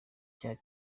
cya